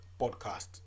Podcast